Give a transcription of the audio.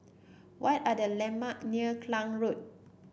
what are the landmarks near Klang Road